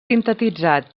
sintetitzat